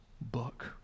book